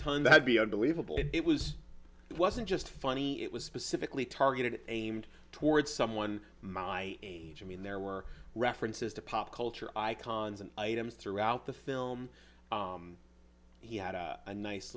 that be unbelievable it was it wasn't just funny it was specifically targeted aimed towards someone my age i mean there were references to pop culture icons and items throughout the film he had a nice